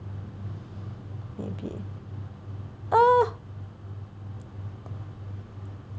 maybe